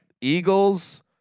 Eagles